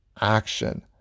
action